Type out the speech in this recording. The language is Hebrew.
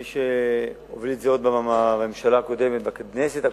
מי שהוביל את זה עוד בממשלה הקודמת, בכנסת הקודמת,